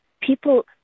people